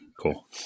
cool